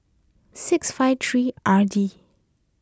six five three R D